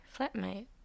flatmate